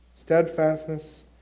Steadfastness